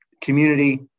Community